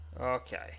okay